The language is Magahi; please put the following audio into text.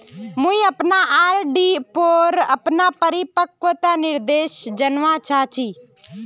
मुई अपना आर.डी पोर अपना परिपक्वता निर्देश जानवा चहची